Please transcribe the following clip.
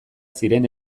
ziren